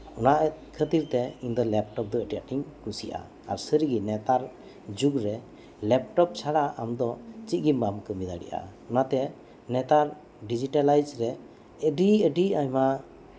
ᱚᱱᱟ ᱠᱷᱟᱹᱛᱤᱨ ᱛᱮ ᱞᱮᱯᱴᱚᱯ ᱫᱚ ᱟᱹᱰᱤ ᱟᱸᱴᱤᱧ ᱠᱩᱥᱤᱭᱟᱜᱼᱟ ᱥᱟᱨᱤᱜᱮ ᱢᱱᱮᱛᱟᱨ ᱡᱩᱜᱽᱨᱮ ᱥᱟᱹᱨᱤᱜᱮ ᱞᱮᱯᱴᱚᱯ ᱪᱷᱟᱲᱟ ᱪᱮᱫᱜᱮ ᱵᱟᱢ ᱠᱟᱹᱢᱤ ᱫᱟᱲᱮᱭᱟᱜᱼᱟ ᱚᱱᱟᱛᱮ ᱱᱮᱛᱟᱨ ᱰᱤᱡᱤᱴᱟᱞᱟᱭᱤᱡ ᱨᱮ ᱟᱹᱰᱤ ᱟᱹᱰᱤ ᱟᱭᱢᱟ